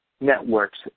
Network's